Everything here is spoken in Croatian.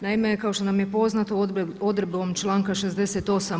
Naime, kao što nam je poznato odredbom članka 68.